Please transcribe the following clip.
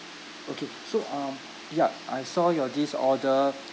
okay so um yup I saw your this order